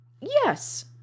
Yes